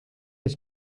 his